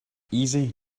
easy